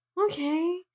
okay